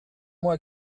moi